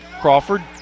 Crawford